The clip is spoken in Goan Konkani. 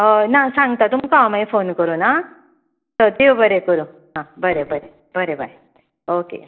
ना सांगता तुमकां हांव फोन करून आं देव बरें करूं बरें बरें बरें बाय ओके या